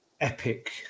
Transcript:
epic